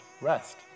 rest